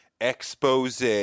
expose